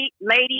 Lady